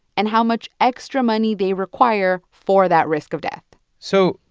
and how much extra money they require for that risk of death so,